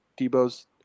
Debo's